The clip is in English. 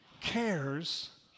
cares